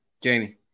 Jamie